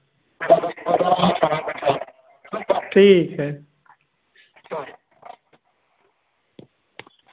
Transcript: ठीक है